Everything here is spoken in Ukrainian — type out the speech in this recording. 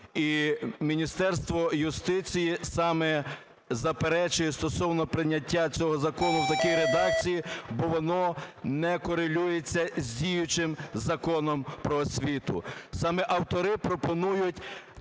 І Міністерство юстиції саме заперечує стосовно прийняття цього закону в такій редакції, бо воно не корелюється з діючим Законом "Про освіту". Саме автори пропонують